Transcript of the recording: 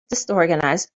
disorganized